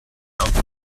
auf